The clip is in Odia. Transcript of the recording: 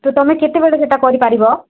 ତ ତୁମେ କେତେବେଳେ ସେଇଟା କରିପାରିବ